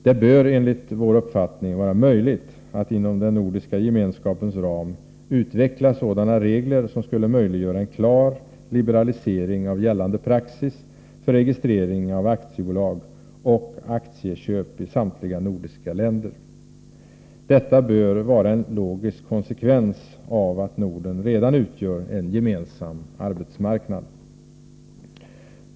Det bör enligt vår uppfattning vara möjligt att inom den nordiska gemenskapens ram utveckla regler som skulle möjliggöra en klar liberalisering av gällande praxis för registrering av aktiebolag och aktieköp i samtliga nordiska länder. Detta bör vara en logisk konsekvens av att Norden redan utgör en gemensam arbetsmarknad.